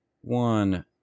one